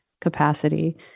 capacity